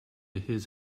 his